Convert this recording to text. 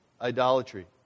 Idolatry